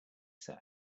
say